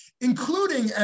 including